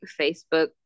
Facebook